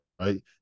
Right